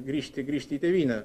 grįžti grįžti į tėvynę